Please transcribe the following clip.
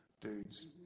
dudes